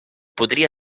podria